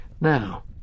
Now